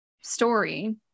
story